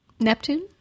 Neptune